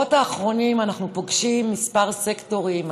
בשבועות האחרונים אנחנו פוגשים כמה סקטורים,